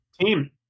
team